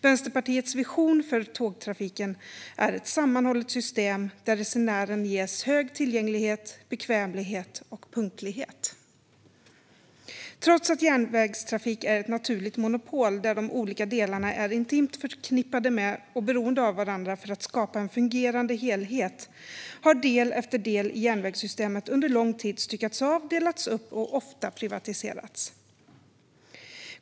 Vänsterpartiets vision för tågtrafiken är ett sammanhållet system, där resenären ges hög tillgänglighet, bekvämlighet och punktlighet. Trots att järnvägstrafik är ett naturligt monopol, där de olika delarna är intimt förknippade med och beroende av varandra för att skapa en fungerande helhet, har del efter del i järnvägssystemet under lång tid styckats av, delats upp och ofta privatiserats.